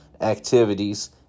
activities